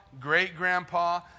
great-grandpa